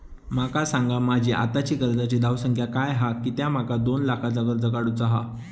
माका सांगा माझी आत्ताची कर्जाची धावसंख्या काय हा कित्या माका दोन लाखाचा कर्ज काढू चा हा?